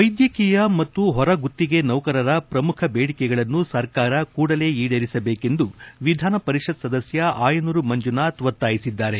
ವೈದ್ಯಕೀಯ ಮತ್ತು ಹೊರಗುತ್ತಿಗೆ ನೌಕರರ ಪ್ರಮುಖ ಬೇಡಿಕೆಗಳನ್ನು ಸರ್ಕಾರ ಕೂಡಲೇ ಈಡೇರಿಸಬೇಕೆಂದು ವಿಧಾನಪರಿಷತ್ ಸದಸ್ಯ ಅಯನೂರು ಮಂಜನಾಥ್ ಒತ್ತಾಯಿಸಿದ್ದಾರೆ